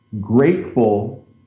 grateful